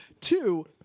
Two